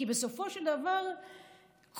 כי בסופו של דבר כל